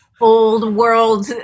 old-world